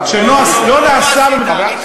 לא לא,